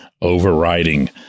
overriding